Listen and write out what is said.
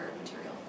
material